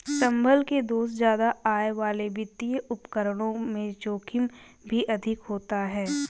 संभल के दोस्त ज्यादा आय वाले वित्तीय उपकरणों में जोखिम भी अधिक होता है